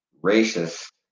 racist